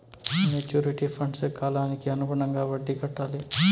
maturity ఫండ్కు కాలానికి అనుగుణంగా వడ్డీ కట్టాలి